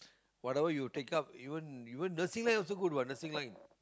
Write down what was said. whatever you take up you won't you won't nursing line also good what nursing line